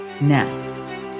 Now